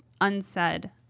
unsaid